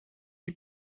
you